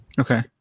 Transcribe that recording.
Okay